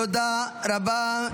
תודה רבה.